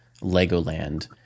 Legoland